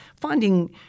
finding